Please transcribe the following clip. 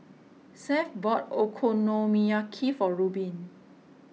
Seth bought Okonomiyaki for Rubin